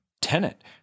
tenant